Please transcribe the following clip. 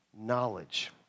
knowledge